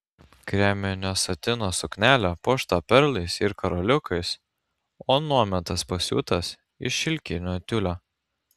kreminio satino suknelė puošta perlais ir karoliukais o nuometas pasiūtas iš šilkinio tiulio